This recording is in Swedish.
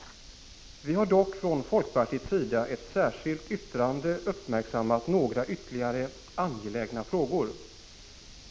11 december 1985 Vi har dock från folkpartiets sida i ett särskilt yttrande uppmärksammat några ytterligare angelägna frågor.